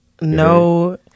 no